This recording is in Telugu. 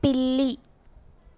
పిల్లి